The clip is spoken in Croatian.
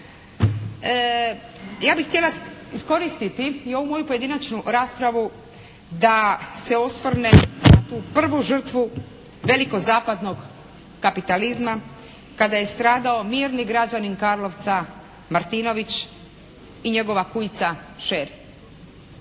Ja bih htjela iskoristiti i ovu moju pojedinačnu raspravu da se osvrnem na tu prvu žrtvu veliko zapadnog kapitalizma kada je stradao mirni građanin Karlovca Martinović i njegova kujica Šer.